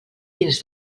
dins